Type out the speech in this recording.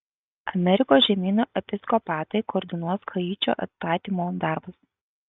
amerikos žemyno episkopatai koordinuos haičio atstatymo darbus